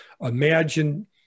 Imagine